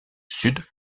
sud